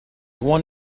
one